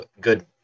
good